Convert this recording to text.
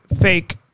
fake